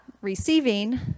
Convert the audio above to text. receiving